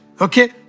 okay